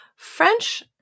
French